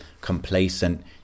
complacent